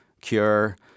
cure